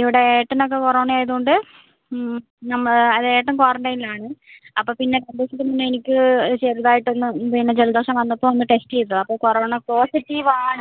ഇവിടെ ഏട്ടനൊക്കെ കൊറോണ ആയതുകൊണ്ട് നമ്മൾ ഏട്ടൻ ക്വാറൻറ്റൈനിലാണ് അപ്പോൾ പിന്നെ രണ്ട് ദിവസത്തിന് മുന്നേ പിന്നെ എനിക്ക് ചെറുതായിട്ടൊന്ന് പിന്നെ ജലദോഷം വന്നപ്പോൾ ഒന്ന് ടെസ്റ്റ് ചെയ്തതാണ് അപ്പോൾ കൊറോണ പോസിറ്റീവ് ആണ്